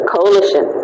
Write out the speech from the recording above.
coalition